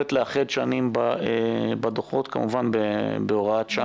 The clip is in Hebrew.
היכולת לאחד שנים בדוחות, כמובן בהוראת שעה.